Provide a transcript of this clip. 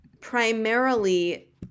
primarily